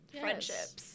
friendships